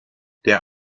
der